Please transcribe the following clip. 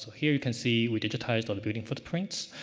here you can see we digitized all building footprints,